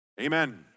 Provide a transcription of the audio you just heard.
amen